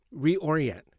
reorient